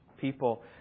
people